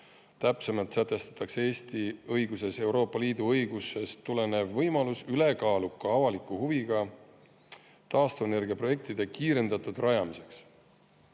Täpsemalt sätestatakse Eesti õiguses Euroopa Liidu õigusest tulenev võimalus ülekaaluka avaliku huviga taastuvenergia projektide kiirendatud